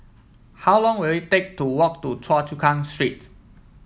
how long will it take to walk to Choa Chu Kang Street